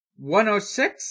106